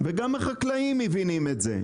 וגם החקלאים מבינים את זה,